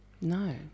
no